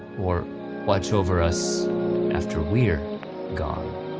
or watch over us after we're gone.